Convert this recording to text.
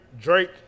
Drake